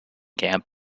camp